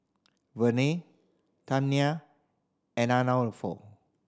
Vernelle Tamia and Arnulfo